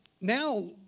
now